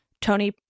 Tony